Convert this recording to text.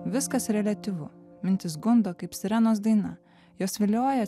viskas reliatyvu mintys gundo kaip sirenos daina jos vilioja